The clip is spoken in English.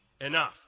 enough